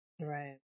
Right